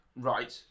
Right